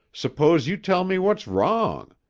suppose you tell me what's wrong.